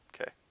Okay